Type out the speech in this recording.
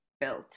built